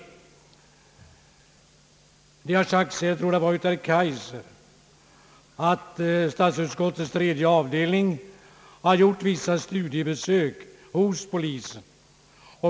Det har redan sagts — jag tror det var av herr Kaijser — att statsutskot tets tredje avdelning har gjort vissa studiebesök hos polisen.